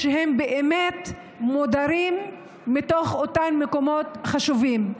שהם באמת מודרים מתוך אותם מקומות חשובים.